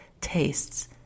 tastes